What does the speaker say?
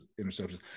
interceptions